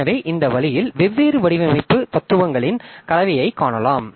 எனவே இந்த வழியில் வெவ்வேறு வடிவமைப்பு தத்துவங்களின் கலவையைக் காணலாம்